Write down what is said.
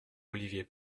olivier